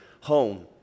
home